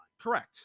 Correct